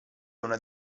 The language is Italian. una